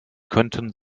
könnten